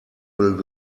will